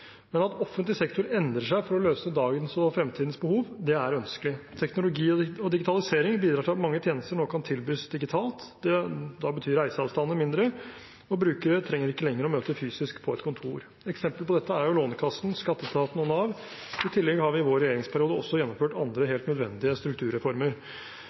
Men at offentlig sektor endrer seg for å løse dagens og fremtidens behov, er ønskelig. Teknologi og digitalisering bidrar til at mange tjenester nå kan tilbys digitalt. Da betyr reiseavstander mindre, og brukere trenger ikke lenger å møte fysisk på et kontor. Eksempler på dette er Lånekassen, skatteetaten og Nav. I tillegg har vi i vår regjeringsperiode også gjennomført andre